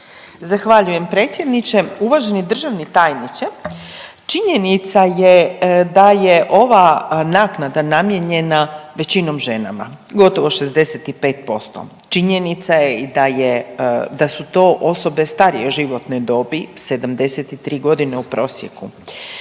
Zahvaljujem predsjedniče. Uvaženi državni tajniče, činjenica je da je ova naknada namijenjena većinom ženama, gotovo 65%. Činjenica je i da je, da su to osobe starije životne dobi, 73 godine u prosjeku.